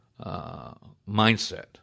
mindset